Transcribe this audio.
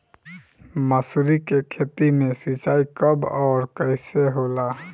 मसुरी के खेती में सिंचाई कब और कैसे होला?